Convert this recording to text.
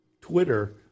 Twitter